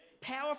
Power